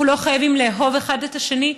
אנחנו לא חייבים לאהוב אחד את השני,